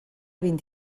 vint